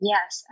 Yes